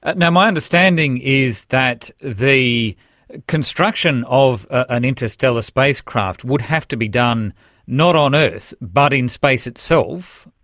and my understanding is that the construction of an interstellar spacecraft would have to be done not on earth but in space itself.